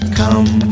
come